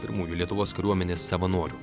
pirmųjų lietuvos kariuomenės savanorių